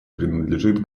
принадлежит